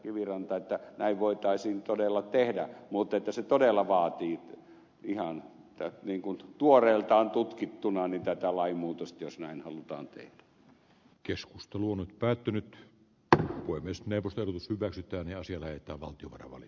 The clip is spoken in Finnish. kiviranta että näin voitaisiin todella tehdä mutta se todella vaatii ihan niin kuin tuoreeltaan tutkittuna tätä lainmuutosta jos näin halutaan tehdä keskusteluun on päätynyt hän voi myös neuvotellut hyväksytään ja sille että valtio porvali